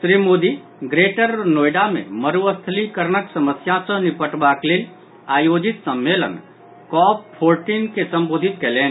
Shri Modi Greater Noida मे मरूस्थलीकरणक समस्या सँ निपटबाक लेल आयोजित सम्मेलन कॉप फोर्टिन के संबोधित कयलनि